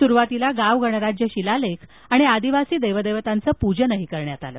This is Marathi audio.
सुरुवातीला गाव गणराज्य शिलालेख आणि आदिवासी देवदेवतांचे पूजन करण्यात आलं